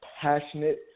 passionate